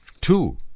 two